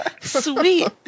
Sweet